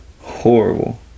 Horrible